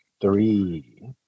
three